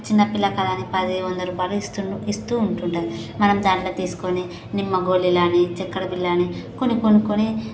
చిన్నపిల్ల కదా అని పది వంద రూపాయిలు ఇస్తుండు ఇస్తూ ఉంటుంటారు మనం దాంతో తీస్కొని నిమ్మ గోళీలని చెక్కర బిళ్ళ అని కొని కొనుక్కొని